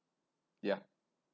yeah